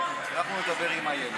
אנחנו נדבר עם איילת.